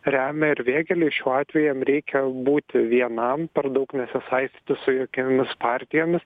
remia ir vėgėlei šiuo atveju jam reikia būti vienam per daug nesisaistyti su jokiomis partijomis